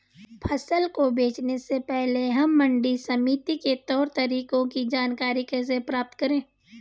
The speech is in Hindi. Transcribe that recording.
फसल को बेचने से पहले हम मंडी समिति के तौर तरीकों की जानकारी कैसे प्राप्त करें?